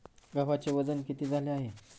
गव्हाचे वजन किती झाले आहे?